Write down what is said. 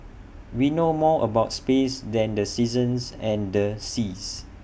we know more about space than the seasons and the seas